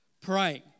praying